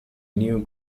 new